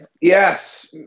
yes